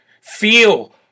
Feel